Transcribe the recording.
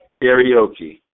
karaoke